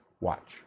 Watch